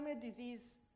disease